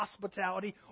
hospitality